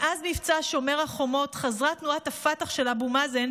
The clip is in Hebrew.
מאז מבצע שומר החומות חזרה תנועת הפתח של אבו מאזן